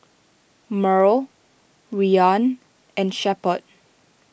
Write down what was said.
Murl Rian and Shepherd